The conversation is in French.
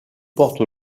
porte